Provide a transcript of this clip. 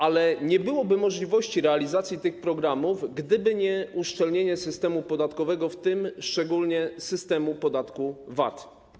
Ale nie byłoby możliwości realizacji tych programów, gdyby nie uszczelnienie systemu podatkowego, w tym szczególnie systemu podatku VAT.